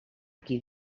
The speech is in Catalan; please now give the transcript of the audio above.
qui